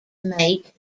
mate